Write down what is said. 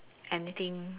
anything